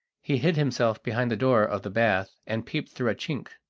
he hid himself behind the door of the bath, and peeped through a chink.